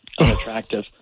unattractive